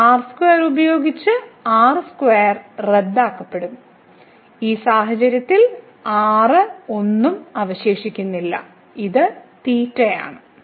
ഈ r2 ഉപയോഗിച്ച് ഈ r2 റദ്ദാക്കപ്പെടും ഈ സാഹചര്യത്തിൽ r ഒന്നും അവശേഷിക്കുന്നില്ല ഇത് sin ആണ്